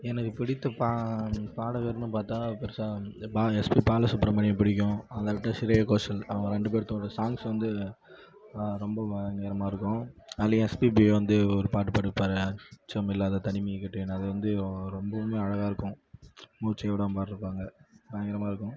எனக்கு பிடித்த பா பாடகர்ன்னு பார்த்தா பெருசாக இந்த பா எஸ்பி பாலசுப்ரமணியன் பிடிக்கும் அதை விட்டா ஷ்ரேயாகோஷல் அவங்க ரெண்டு பேர்த்தோட சாங்ஸ் வந்து ரொம்ப பயங்கரமாக இருக்கும் அதில் எஸ்பிபி வந்து ஒரு பாட்டு பாடிருப்பார் அச்சம் இல்லாத தனிமையை கேட்டேன் அது வந்து ஓ ரொம்பவுமே அழகாக இருக்கும் மூச்சே விடாம் பாடிருப்பாங்க பயங்கரமாக இருக்கும்